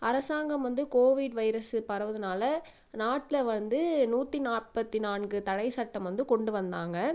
அரசாங்கம் வந்து covid virus பரவறதுனால நாட்டில் வந்து நூற்றி நாப்பத்தி நான்கு தடை சட்டம் வந்து கொண்டு வந்தாங்க